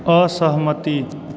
असहमति